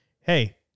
hey